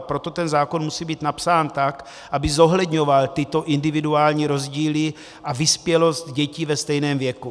Proto ten zákon musí být napsán tak, aby zohledňoval tyto individuální rozdíly a vyspělost dětí ve stejném věku.